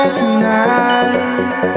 tonight